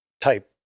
type